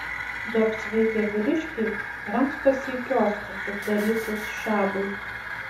du apsvaigę vyriškiai ramstosi į kioskus uždarytus šabui